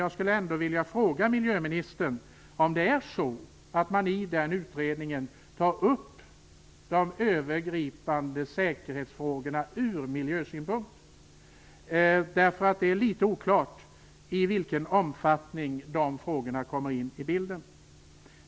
Jag skulle ändå vilja fråga miljöministern om man i den utredningen tar upp de övergripande säkerhetsfrågorna ur miljösynpunkt. Det är nämligen litet oklart i vilken omfattning de frågorna kommer in i bilden.